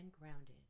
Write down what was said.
grounded